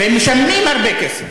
הוא גם משלם הרבה כסף